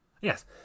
Yes